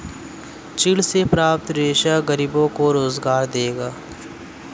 चीड़ से प्राप्त रेशा गरीबों को रोजगार देगा